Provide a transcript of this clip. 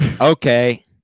Okay